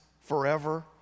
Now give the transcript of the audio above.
forever